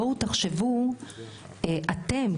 בואו תחשבו אתם,